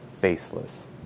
faceless